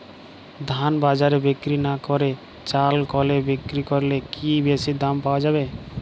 ধান বাজারে বিক্রি না করে চাল কলে বিক্রি করলে কি বেশী দাম পাওয়া যাবে?